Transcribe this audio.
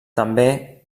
també